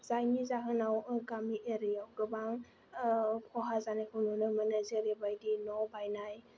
जायनि जाहोनाव गामि एरियाआव गोबां खहा जानायखौ नुनो मोनो जेरैबायदि न' बायनाय